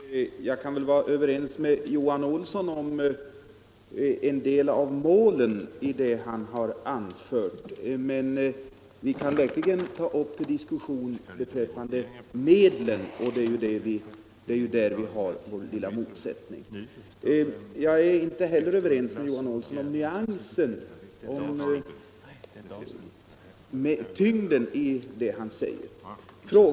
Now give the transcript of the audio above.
Herr talman! Jag kan väl vara överens med herr Johan Olsson i Järvsö om en del av målen, men vi kan verkligen ta upp en diskussion beträffande medlen; det är ju där vi har vår lilla motsättning. Inte heller är jag ense med Johan Olsson om tyngden i det han påstår.